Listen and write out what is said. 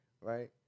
right